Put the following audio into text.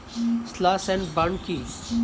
Slash and burn কি?